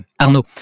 Arnaud